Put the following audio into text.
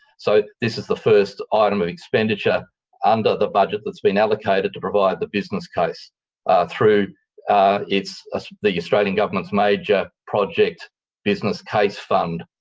so, this is the first item of expenditure under the budget that's been allocated to provide the business case through ah the australian government's major project business case fund.